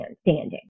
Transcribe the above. standing